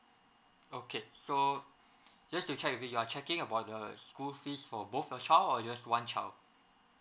okay so just to check with it you are checking about the school fees for both your child or just one child